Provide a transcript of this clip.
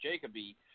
Jacoby